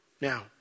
Now